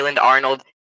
Arnold